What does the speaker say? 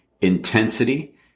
Intensity